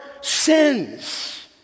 sins